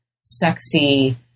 sexy